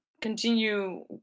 continue